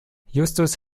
justus